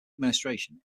administration